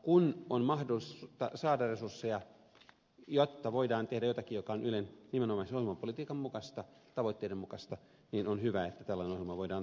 kun on mahdollisuus saada resursseja jotta voidaan tehdä jotakin mikä on ylen nimenomaisen ohjelmapolitiikan mukaista tavoitteiden mukaista niin on hyvä että tällainen ohjelma voidaan toteuttaa